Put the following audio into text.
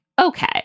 okay